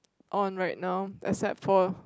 on right now except for